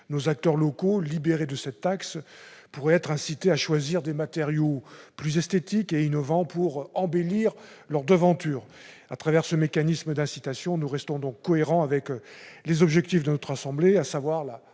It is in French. Nos acteurs locaux, libérés de cette taxe, pourraient être incités à choisir des matériaux plus esthétiques et innovants pour embellir leur devanture. À travers ce mécanisme d'incitation, nous restons donc cohérents avec les objectifs fixés par la Haute Assemblée, à savoir la revitalisation